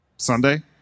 Sunday